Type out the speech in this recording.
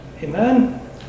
Amen